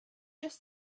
just